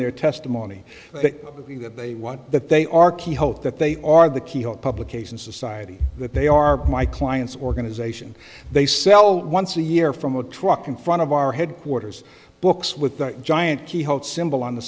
their testimony that they want that they are key hope that they are the keyhole publication society that they are my clients organization they sell once a year from a truck in front of our headquarters books with the giant keyhole symbol on the